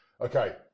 Okay